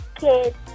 Kids